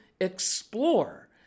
explore